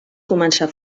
començar